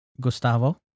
Gustavo